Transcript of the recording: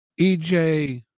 EJ